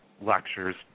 lectures